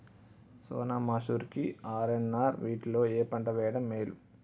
సోనా మాషురి కి ఆర్.ఎన్.ఆర్ వీటిలో ఏ పంట వెయ్యడం మేలు?